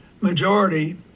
majority